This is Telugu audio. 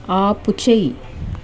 ఆపుచేయి